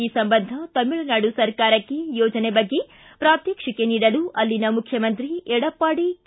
ಈ ಸಂಬಂಧ ತಮಿಳುನಾಡು ಸರ್ಕಾರಕ್ಕೆ ಯೋಜನೆ ಬಗ್ಗೆ ಪ್ರಾತ್ಮಕ್ಷಿಕೆ ನೀಡಲು ಅಲ್ಲಿನ ಮುಖ್ಯಮಂತ್ರಿ ಎಡಪ್ಪಾಡಿ ಕೆ